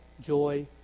joy